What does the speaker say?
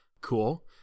Cool